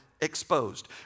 exposed